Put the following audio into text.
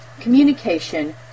communication